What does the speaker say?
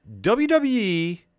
WWE